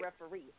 referee